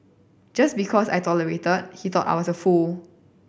just because I tolerated he thought I was a fool